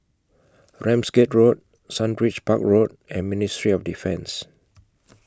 Ramsgate Road Sundridge Park Road and Ministry of Defence